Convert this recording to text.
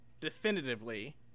definitively